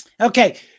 Okay